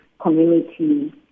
community